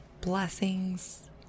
blessings